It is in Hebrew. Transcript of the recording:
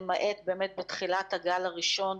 למעט באמת בתחילת הגל הראשון,